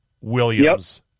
Williams